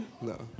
No